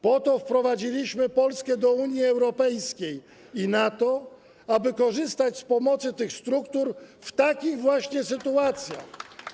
Po to wprowadziliśmy Polskę do Unii Europejskiej i NATO, aby korzystać z pomocy tych struktur w takich właśnie sytuacjach.